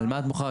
על מה את מוחה?